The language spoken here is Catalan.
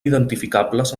identificables